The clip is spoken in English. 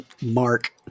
mark